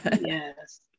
Yes